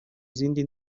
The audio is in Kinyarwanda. zindi